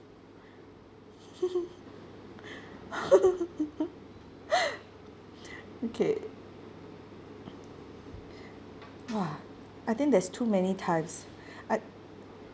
okay !wah! I think there's too many times I